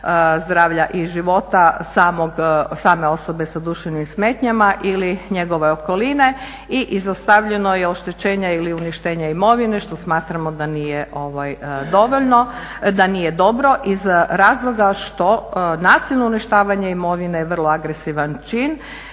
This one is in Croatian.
zdravlja i života same osobe sa duševnim smetnjama ili njegove okoline. I izostavljeno je oštećenja ili uništenja imovine što smatramo da nije dobro iz razloga što nasilno uništavanje imovine je vrlo agresivan čin.